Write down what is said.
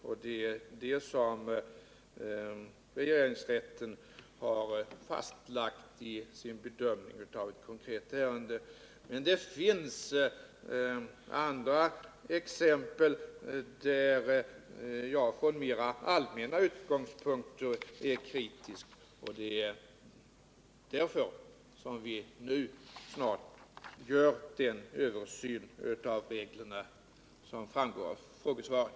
Det är detta som regeringsrätten har fastlagt i sin bedömning av ett konkret ärende. Men det finns andra exempel, i fråga om vilka jag från mera allmänna utgångspunkter är kritisk, och det är därför som vi nu snart skall göra den översyn av reglerna som framgår av frågesvaret.